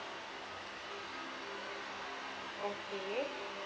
okay